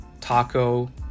Taco